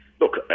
look